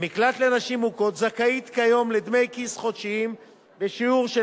במקלט לנשים מוכות זכאית כיום לדמי כיס חודשיים בשיעור של